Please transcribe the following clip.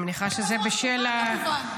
אני מניחה שזה בשל ההתרגשות.